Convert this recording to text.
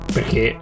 Perché